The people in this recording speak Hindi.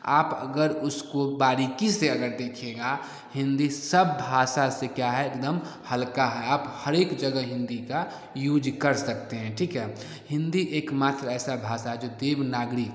आप अगर उसको बारीकी से अगर देखिएगा हिन्दी सब भाषा से क्या है एक दम हल्की है आप हर एक जगह हिन्दी का यूज कर सकते हैं ठीक है हिन्दी एकमात्र ऐसी भाषा है जो देवनागरी